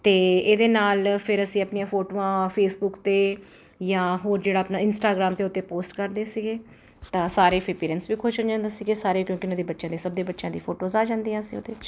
ਅਤੇ ਇਹਦੇ ਨਾਲ ਫਿਰ ਅਸੀਂ ਆਪਣੀਆਂ ਫੋਟੋਆਂ ਫੇਸਬੁਕ 'ਤੇ ਜਾਂ ਹੋਰ ਜਿਹੜਾ ਆਪਣਾ ਇੰਸਟਰਾਗ੍ਰਾਮ ਦੇ ਉੱਤੇ ਪੋਸਟ ਕਰਦੇ ਸੀਗੇ ਸਾਰੇ ਪੈਰੇਂਟਸ ਵੀ ਖੁਸ਼ ਹੋ ਜਾਂਦੇ ਸੀਗੇ ਸਾਰੇ ਕਿਉਂਕਿ ਉਹਨਾਂ ਦੇ ਬੱਚਿਆਂ ਦੇ ਸਭ ਦੇ ਬੱਚਿਆਂ ਦੀ ਫੋਟੋਜ਼ ਆ ਜਾਂਦੀਆਂ ਸੀ ਉਹਦੇ ਵਿੱਚ